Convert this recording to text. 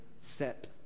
set